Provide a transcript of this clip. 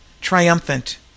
triumphant